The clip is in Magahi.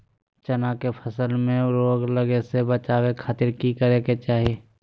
चना की फसल में रोग लगे से बचावे खातिर की करे के चाही?